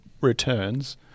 returns